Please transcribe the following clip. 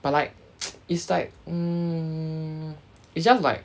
but like it's like um it's just like